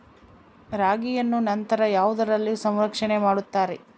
ರಾಗಿಯನ್ನು ನಂತರ ಯಾವುದರಲ್ಲಿ ಸಂರಕ್ಷಣೆ ಮಾಡುತ್ತಾರೆ?